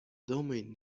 domain